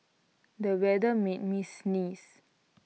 the weather made me sneeze